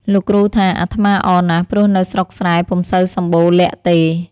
លោកគ្រូថា "អាត្មាអរណាស់ ព្រោះនៅស្រុកស្រែពុំសូវសម្បូរល័ក្តទេ"។